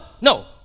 no